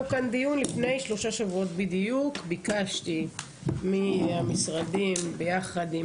לפני שלושה שבועות קיימנו כאן דיון וביקשתי מהמשרדים יחד עם